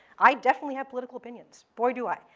i definitely have political opinions. boy,